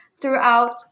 throughout